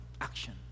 action